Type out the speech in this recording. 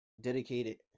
dedicated